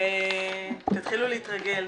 תתחילו להתרגל.